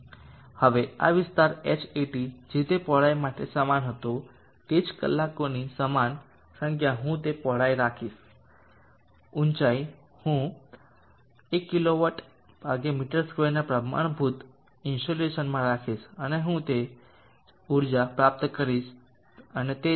હવે આ વિસ્તાર Hat જે તે પહોળાઈ માટે સમાન હતો તે જ કલાકોની સમાન સંખ્યા હું તે પહોળાઈ રાખીશ ઊંચાઈ હું 1kWm2 ના પ્રમાણભૂત ઇન્સોલેશનમાં રાખીશ અને હું તે જ ઊર્જા પ્રાપ્ત કરીશ અને તે છે જે kWh છે